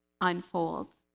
unfolds